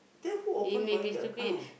then who open for him the account